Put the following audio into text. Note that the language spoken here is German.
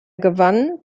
gewann